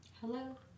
Hello